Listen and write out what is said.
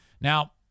Now